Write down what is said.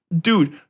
dude